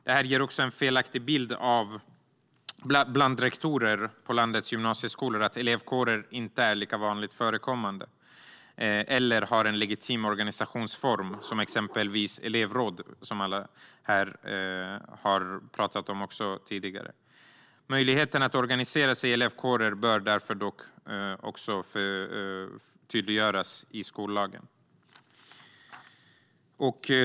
Detta ger en felaktig bild bland rektorer på landets gymnasieskolor av att elevkårer inte är så vanligt förekommande eller inte är en legitim organisationsform, som exempelvis elevråd, som alla här har talat om tidigare. Möjligheten att organisera sig i elevkårer bör därför också tydliggöras i skollagen.